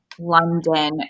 London